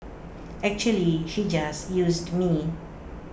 actually she just used me